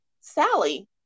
Sally